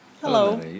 Hello